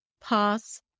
Pass